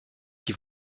qui